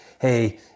Hey